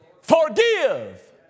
forgive